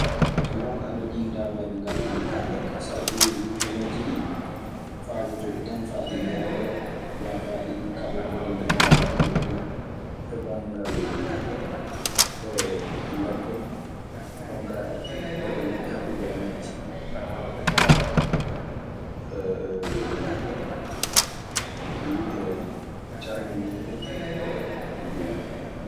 So ngoonga ngalaa nokku amen gaa. So a ƴeewi luhemeji ɗii, faaboto ɗi tan faa ɗi ñaañoroo, maa faa ɗi kaɓoroo ɗi ndeentoroo kulle kuurɗe e banngal ladde. Jon kaa e ko yiɗi haɓude e majji. Luhe carŋiniiɗe ɗi jogii.